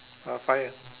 a fire